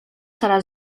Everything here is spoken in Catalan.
serà